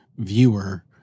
viewer